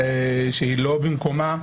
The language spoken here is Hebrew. שהיא לא במקומה.